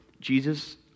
Jesus